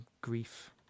grief